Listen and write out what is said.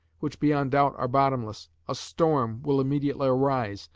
which beyond doubt are bottomless, a storm will immediately arise,